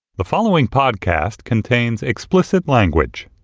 the following podcast contains explicit language